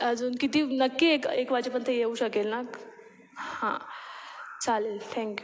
अजून किती नक्की एक एक वाजेपर्यंत येऊ शकेल ना हां चालेल थँक्यू